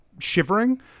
shivering